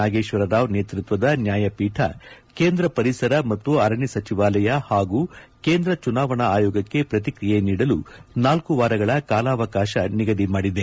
ನಾಗೇಶ್ವರ ರಾವ್ ನೇತೃತ್ವದ ನ್ಯಾಯಪೀಠ ಕೇಂದ್ರ ಪರಿಸರ ಮತ್ತು ಅರಣ್ಯ ಸಚಿವಾಲಯ ಹಾಗೂ ಕೇಂದ್ರ ಚುನಾವಣಾ ಆಯೋಗಕ್ಕೆ ಪ್ರತಿಕ್ರಿಯೆ ನೀಡಲು ನಾಲ್ಕು ವಾರಗಳ ಕಾಲಾವಕಾಶ ನಿಗದಿ ಮಾಡಿದೆ